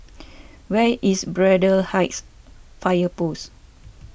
where is Braddell Heights Fire Post